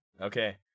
okay